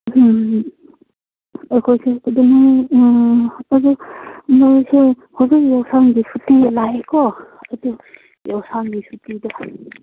ꯎꯝ ꯑꯩꯈꯣꯏ ꯎꯝ ꯑꯗꯨ ꯅꯣꯏꯁꯨ ꯍꯧꯖꯤꯛ ꯌꯥꯎꯁꯪꯒꯤ ꯁꯨꯇꯤꯗ ꯂꯥꯛꯑꯦꯀꯣ ꯑꯗꯨ ꯌꯥꯎꯁꯪꯒꯤ ꯁꯨꯇꯤꯗꯣ